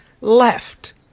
left